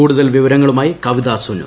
കൂടുതൽ വിവരങ്ങളുമായി കവിത സുനു